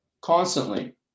constantly